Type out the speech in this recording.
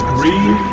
Green